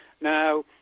Now